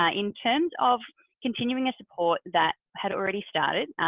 ah in terms of continuing a support that had already started.